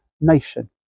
nation